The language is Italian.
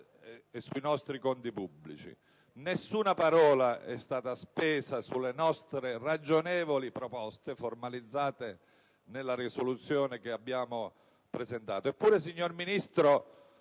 e dei nostri conti pubblici. Nessuna parola è stata spesa sulle nostre ragionevoli proposte, formalizzate nella proposta di risoluzione che abbiamo presentato.